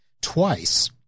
twice